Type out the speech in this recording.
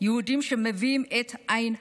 יהודים שמביאים עין הרע.